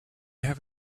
have